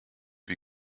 wie